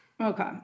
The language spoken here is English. Okay